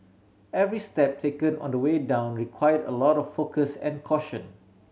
every step taken on the way down required a lot of focus and caution